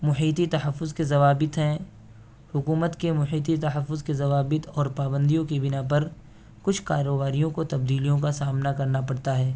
محیطی تحفظ کے ضوابط ہیں حکومت کے محیطی تحفظ کے ضوابط اور پابندیوں کے بنا پر کچھ کارباریوں کو تبدیلیوں کا سامنا کرنا پڑتا ہے